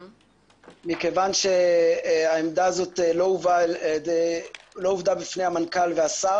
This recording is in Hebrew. כיוון שהעמדה הזאת לא הובאה בפני המנכ"ל והשר,